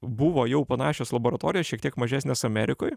buvo jau panašios laboratorijos šiek tiek mažesnės amerikoj